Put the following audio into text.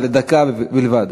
דקה בלבד.